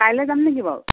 কাইলৈ যাম নেকি বাৰু